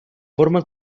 forma